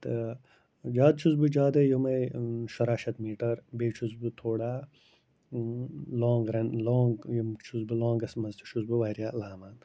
تہٕ زیادٕ چھُس بہٕ زیادَے یِمَے شُراہ شَتھ میٖٹَر بیٚیہِ چھُس بہٕ تھوڑا لانٛگ رَن لانٛگ یِم چھُس بہٕ لانٛگَس منٛز تہِ چھُس بہٕ واریاہ لاوان